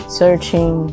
searching